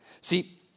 See